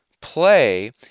play